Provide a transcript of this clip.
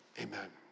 Amen